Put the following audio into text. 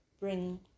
bring